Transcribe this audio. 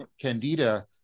Candida